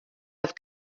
have